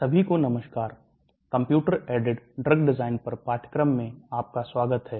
सभी को नमस्कार कंप्यूटर ऐडेड ड्रग डिजाइन पर पाठ्यक्रम में आपका स्वागत है